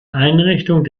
einrichtung